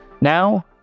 Now